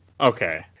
Okay